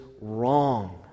wrong